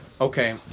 Okay